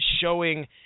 showing